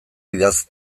idatz